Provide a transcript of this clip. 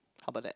how about that